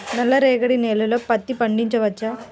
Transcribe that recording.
నల్ల రేగడి నేలలో పత్తి పండించవచ్చా?